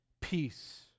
peace